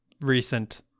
recent